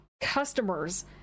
customers